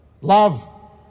love